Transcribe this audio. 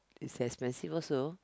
it's expensive also